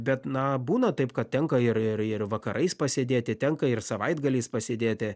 bet na būna taip kad tenka ir ir ir vakarais pasėdėti tenka ir savaitgaliais pasėdėti